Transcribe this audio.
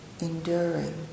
Enduring